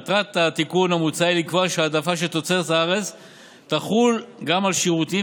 מטרת התיקון המוצע היא לקבוע שהעדפה של תוצרת הארץ תחול גם על שירותים,